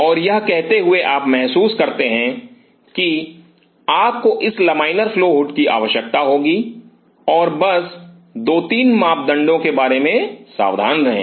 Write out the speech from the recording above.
और यह कहते हुए आप महसूस करते हैं कि आपको इस लमाइनर फ्लो हुड की आवश्यकता होगी और बस 2 3 मापदंडों के बारे में सावधान रहें